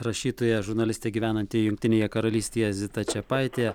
rašytoja žurnalistė gyvenanti jungtinėje karalystėje zita čepaitė